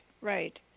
right